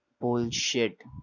Bullshit